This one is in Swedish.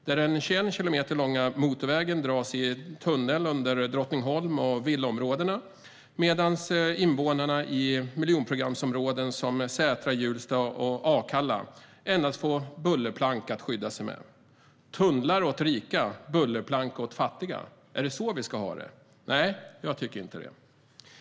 Den 21 kilometer långa motorvägen dras i tunnel under Drottningholm och villaområdena, medan invånarna i miljonprogramsområden som Sätra, Hjulsta och Akalla endast får bullerplank att skydda sig med. Tunnlar åt rika - bullerplank åt fattiga, är det så vi ska ha det? Nej, jag tycker inte det.